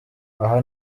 aha